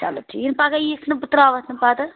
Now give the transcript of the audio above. چلو ٹھیٖک یِنہٕ پَگاہ یِکھ نہٕ بہٕ ترٛاوَتھ نہٕ پَتہٕ